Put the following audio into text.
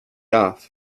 off